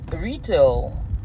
retail